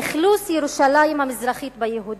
אכלוס ירושלים המזרחית ביהודים,